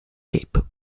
cape